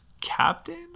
captain